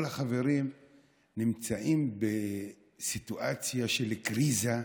כל החברים נמצאים בסיטואציה של קריזה.